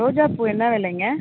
ரோஜா பூ என்ன விலைங்க